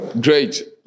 Great